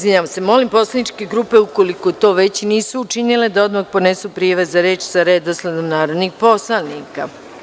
Molim poslaničke grupe, ukoliko to već nisu učinile, da odmah podnesu prijave za reč sa redosledom narodnih poslanika.